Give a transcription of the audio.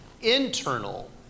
internal